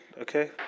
Okay